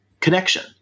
Connection